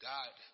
God